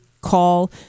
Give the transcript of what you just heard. call